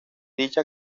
dicha